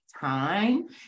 time